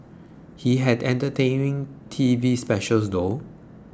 he had entertaining T V specials though